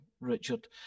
Richard